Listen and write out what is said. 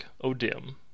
O'Dim